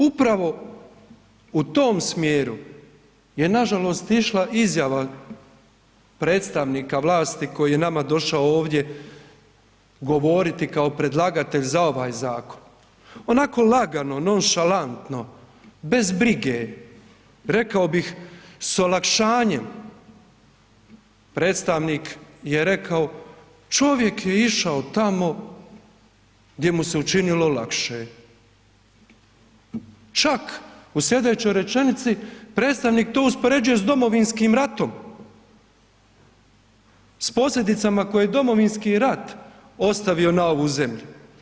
Upravo u tom smjeru je nažalost išla izjava predstavnika vlasti koji je nama došao ovdje govoriti kao predlagatelj za ovaj zakon, onako lagano nonšalantno, bez brige, rekao bih s olakšanjem, predstavnik je rekao čovjek je išao tamo gdje mu se učinilo lakše, čak u slijedećoj rečenici predstavnik to uspoređuje s domovinskim ratom, s posljedicama koje je domovinski rat ostavio na ovu zemlju.